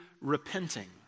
repenting